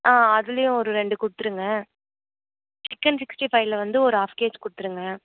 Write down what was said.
ஆ அதுலையும் ஒரு ரெண்டு கொடுத்துருங்க சிக்கன் சிக்ஸ்ட்டி ஃபையில வந்து ஒரு ஹாஃப் கேஜ் கொடுத்துருங்க